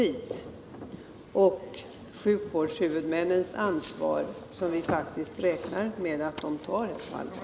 Vi framhåller vidare att vi räknar med att sjukvårdshuvudmännen här tar sitt ansvar på allvar.